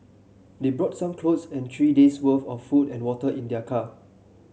they brought some clothes and three days worth of food and water in their car